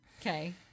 Okay